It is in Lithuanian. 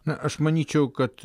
na aš manyčiau kad